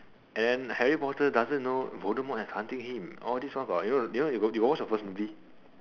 and then Harry Potter doesn't know voldemort is hunting him all this while you know you got you got watch the first movie